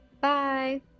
bye